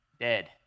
Dead